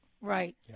Right